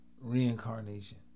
Reincarnation